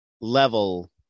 level